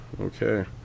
Okay